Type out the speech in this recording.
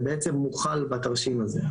זה בעצם מוחל בתרשים הזה,